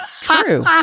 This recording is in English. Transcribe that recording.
true